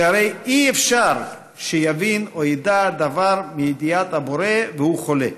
שהרי אי-אפשר שיבין או ידע דבר מידיעת הבורא והוא חולה,